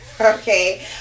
Okay